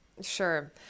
Sure